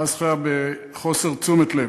חס וחלילה, בחוסר תשומת לב.